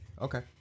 Okay